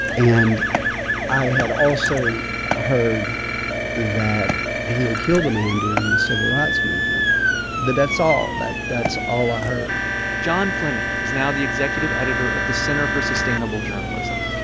and i had also heard that he had killed a man during the civil rights movement. but that's all. that's all i heard john fleming is now the executive editor of the center for sustainable journalism.